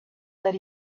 that